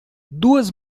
duas